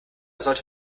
sollte